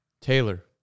taylor